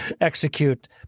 execute